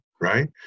right